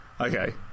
Okay